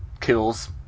kills